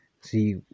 see